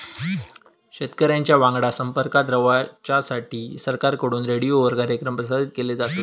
शेतकऱ्यांच्या वांगडा संपर्कात रवाच्यासाठी सरकारकडून रेडीओवर कार्यक्रम प्रसारित केले जातत